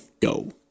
Go